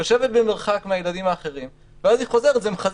יושב במרחק מן הילדים האחרים ואז חוזר למקומו.